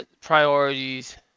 priorities